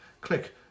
click